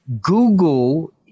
Google